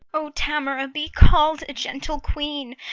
o tamora, be call'd a gentle queen,